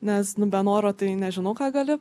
nes nu be noro tai nežinau ką gali